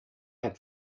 had